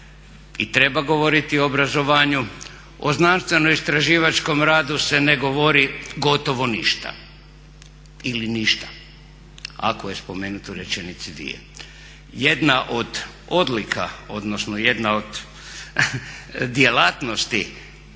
i treba govoriti o obrazovanju, o znanstvenoistraživačkom radu se ne govori gotovo ništa ili ništa, ako je spomenuto u rečenici, dvije. Jedna od odlika odnosno jedna od djelatnosti